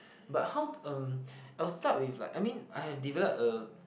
but how um I will start with like I mean I have develop a